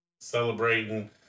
celebrating